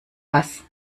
was